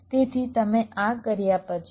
તેથી તમે આ કર્યા પછી